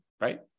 Right